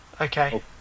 Okay